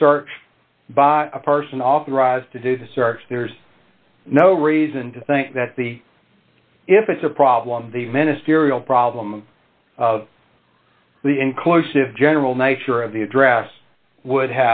a search by a person authorized to do the search there's no reason to think that the if it's a problem the ministerial problem of the inclusive general nature of the address would